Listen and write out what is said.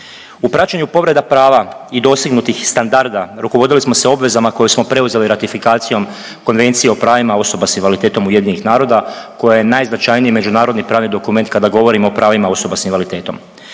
U praćenju povreda prava i dostignutih standarda, rukovodili smo se obvezama koje smo preuzeli ratifikacijom Konvencije o pravima osoba s invaliditetom UN-a koja je najznačajniji međunarodni pravni dokument kada govorimo o pravima osoba s invaliditetom.